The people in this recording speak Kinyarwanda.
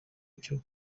icyo